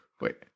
Wait